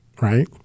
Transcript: right